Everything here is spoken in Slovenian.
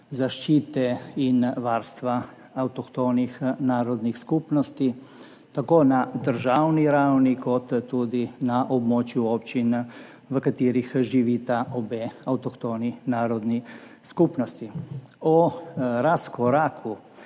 zaščite in varstva avtohtonih narodnih skupnosti tako na državni ravni kot tudi na območju občin, v katerih živita obe avtohtoni narodni skupnosti. Do razkoraka